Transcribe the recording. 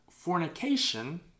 Fornication